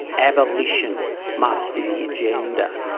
abolition must be the agenda.